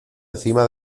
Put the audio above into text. encima